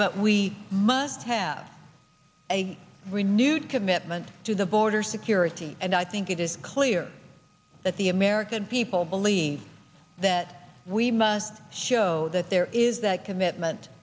but we must have a renewed commitment to the border security and i think it is clear that the american people believe that we must show that there is that commitment